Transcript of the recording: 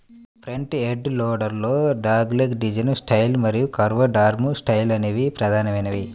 front end loader లలో dogleg design style మరియు curved arm style అనేవి ప్రధానమైనవి